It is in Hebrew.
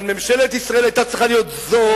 אבל ממשלת ישראל היתה צריכה להיות זו,